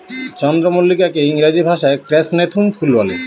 চন্দ্রমল্লিকাকে ইংরেজি ভাষায় ক্র্যাসনথেমুম ফুল বলে